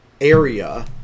area